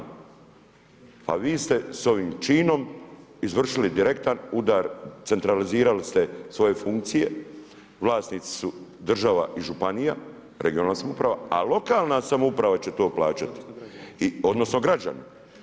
Ali, vis te s ovim činom, izvršili udar, centralizirali ste svoje funkcije, vlasnici su država i županija, regionalna samouprava a lokalna samouprava će to plaćati, odnosno, građani.